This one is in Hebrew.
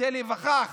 כדי להיווכח